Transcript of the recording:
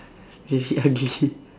is she ugly